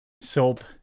Soap